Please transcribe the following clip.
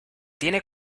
tiene